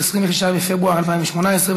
26 בפברואר 2018,